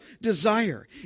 desire